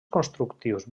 constructius